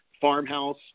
farmhouse